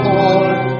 Lord